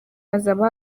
azaba